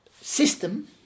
system